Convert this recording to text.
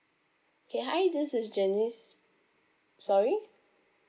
okay hi this is janice sorry